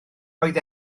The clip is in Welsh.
oedd